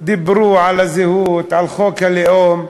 דיברו על הזהות, על חוק הלאום,